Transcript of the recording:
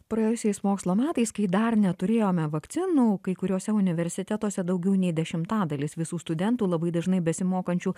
praėjusiais mokslo metais kai dar neturėjome vakcinų kai kuriuose universitetuose daugiau nei dešimtadalis visų studentų labai dažnai besimokančių